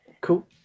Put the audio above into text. Cool